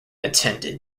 attended